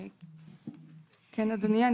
כן, אדוני.